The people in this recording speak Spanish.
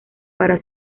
para